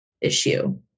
issue